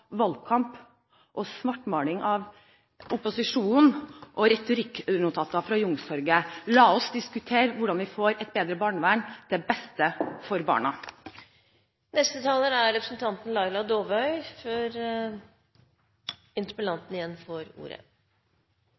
valgkamp, svartmaling av opposisjonen og retorikknotater fra Youngstorget. La oss diskutere hvordan vi skal få et bedre barnevern, til beste for